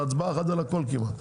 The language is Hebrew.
זו הצבעה אחת על הכול כמעט.